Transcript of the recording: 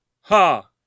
Ha